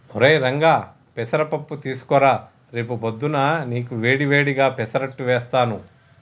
ఒరై రంగా పెసర పప్పు తీసుకురా రేపు పొద్దున్నా నీకు వేడి వేడిగా పెసరట్టు వేస్తారు